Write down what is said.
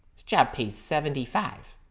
job pays seventy five.